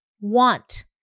want